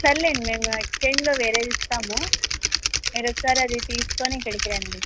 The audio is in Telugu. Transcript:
సర్లెండి మేము ఎక్స్చేంజ్లో వేరేది ఇస్తాము మీరు ఒకసారి అది తీసుకొని ఇక్కడికి రండి